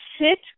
sit